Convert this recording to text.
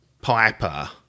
Piper